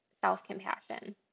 self-compassion